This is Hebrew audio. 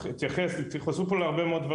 אני פשוט אבוא עם המלצה ספציפית.